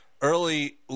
early